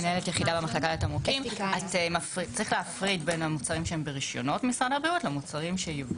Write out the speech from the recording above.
יש להפריד בין המוצרים שהם ברשיונות משרד הבריאות לייבוא-